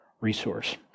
resource